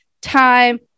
time